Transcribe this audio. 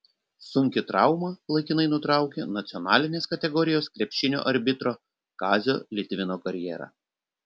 sunki trauma laikinai nutraukė nacionalinės kategorijos krepšinio arbitro kazio litvino karjerą